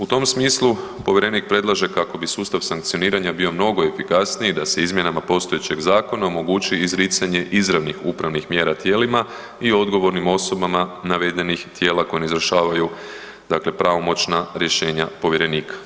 U tom smislu povjerenik predlaže kako bi sustav sankcioniranja bio mnogo efikasniji da se izmjenama postojećeg zakona omogući izricanje izravnih upravnih mjera tijelima i odgovornim osobama navedenih tijela koja ne izvršavaju dakle pravomoćna rješenja povjerenika.